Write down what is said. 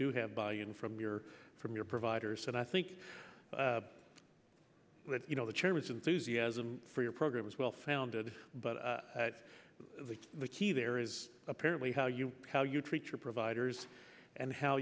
do have buy in from your from your providers and i think you know the chairman's enthusiasm for your program is well founded but the key there is apparently how you how you treat your providers and how